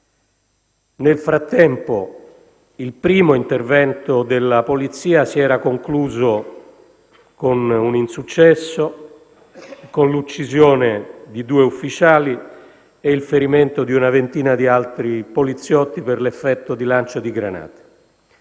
Nel frattempo, il primo intervento della polizia si era concluso con un insuccesso, con l'uccisione di due ufficiali e il ferimento di una ventina di altri poliziotti per l'effetto di lancio di granate.